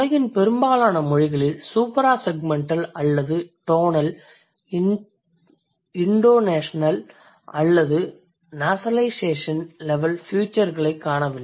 உலகின் பெரும்பாலான மொழிகளில் சூப்ராசெக்மெண்டல் அல்லது டோனல் இன்டோனேஷனல் அல்லது நாசலைசேஷன் லெவல் ஃபியூச்சர்களைக் காணவில்லை